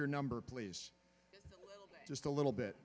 your number please just a little bit